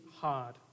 hard